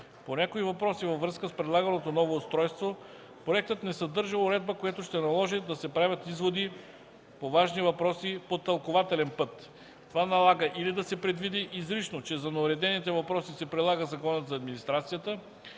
По някои въпроси във връзка с предлаганото ново устройство, проектът не съдържа уредба, което ще наложи да се правят изводи по важни въпроси по тълкувателен път. Това налага или да се предвиди изрично, че за неуредените въпроси се прилага Законът за администрацията,